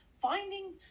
finding